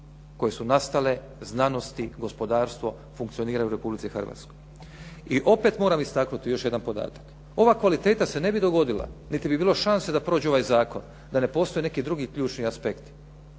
koje su nastali znanost, gospodarstvo funkcioniraju u Republici Hrvatskoj. I opet moram istaknuti još jedan podatak. Ova kvaliteta se ne bi dogodila, niti bi bilo šanse da prođe ovaj zakon, da ne postoje neki drugi ključni aspekti.